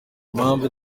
impamvu